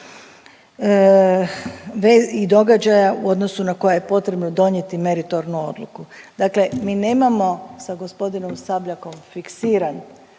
i događaja u odnosu na koja je potrebno donijeti meritornu odluku. Dakle, mi nemamo sa gospodinom Sabljakom fiksiran